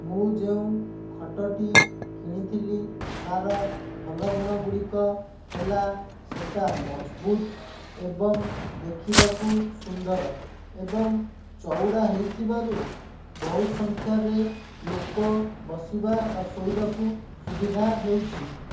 ମୁଁ ଯେଉଁ ଖଟଟି କିଣିଥିଲି ତା'ର ଭଲ ଗୁଣଗୁଡ଼ିକ ହେଲା ସେଇଟା ମଜବୁତ୍ ଏବଂ ଦେଖିବାକୁ ସୁନ୍ଦର ଏବଂ ଚଉଡ଼ା ହୋଇଥିବାରୁ ବହୁତ ସଂଖ୍ୟାରେ ଲୋକ ବସିବା ବା ଶୋଇବାକୁ ସୁବିଧା ହେଉଛି